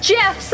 Jeff